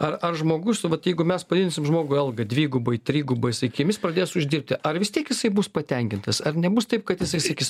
ar ar žmogus nu vat jeigu mes paimsim žmogui algą dvigubai trigubai sakykim jis pradės uždirbti ar vis tiek jisai bus patenkintas ar nebus taip kad jisai sakys